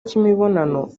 cy’imibonano